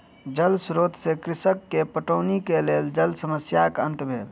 जल स्रोत से कृषक के पटौनी के लेल जल समस्याक अंत भेल